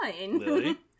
Lily